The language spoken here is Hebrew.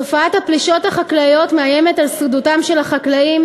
תופעת הפלישות החקלאיות מאיימת על שרידותם של החקלאים,